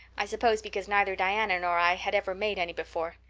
i suppose because neither diana nor i had ever made any before.